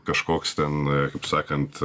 kažkoks ten taip sakant